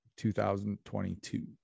2022